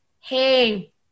Hey